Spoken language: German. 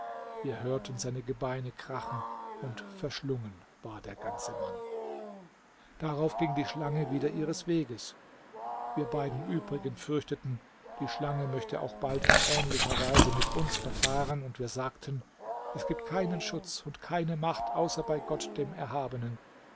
wir hörten seine gebeine krachen und verschlungen war der ganze mann darauf ging die schlange wieder ihres weges wir beiden übrigen fürchteten die schlange möchte auch bald in ähnlicher weise mit uns verfahren und wir sagten es gibt keinen schutz und keine macht außer bei gott dem erhabenen